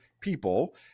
people